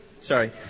Sorry